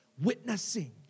Witnessing